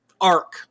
arc